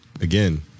Again